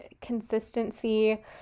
consistency